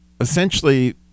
essentially